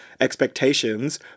expectations